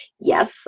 Yes